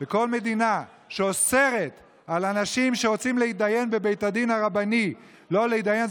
בכל מדינה שאוסרת על אנשים שרוצים להתדיין בבית הדין הרבני לא להתדיין,